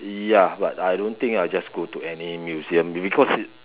ya but I don't think I'll just go to any museum because it